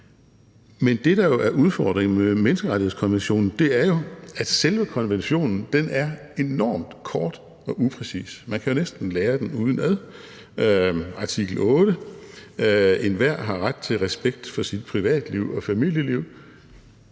men det, der jo er udfordringen ved menneskerettighedskonventionen, er, at selve konventionen er enormt kort og upræcis. Man kan jo næsten lære den udenad. Artikel 8, stk.1: »Enhver har ret til respekt for sit privatliv og familieliv,...«,